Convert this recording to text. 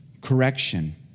correction